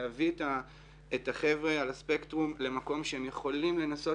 של להביא את החבר'ה על הספקטרום למקום שהם יכולים לנסות